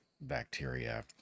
bacteria